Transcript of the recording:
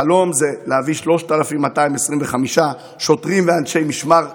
החלום זה להביא 3,225 שוטרים ואנשי משמר לאומי,